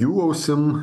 jų ausim